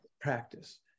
Practice